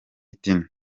tino